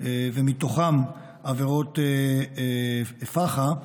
ומהן עבירות פח"ע,